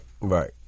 Right